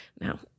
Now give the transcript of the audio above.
Now